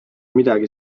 midagi